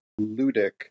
ludic